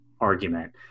argument